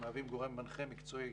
שמהווים גורם מנחה מקצועי